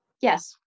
Yes